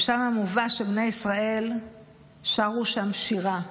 ושם מובא שבני ישראל שרו שם שירה.